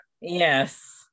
yes